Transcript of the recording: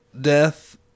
death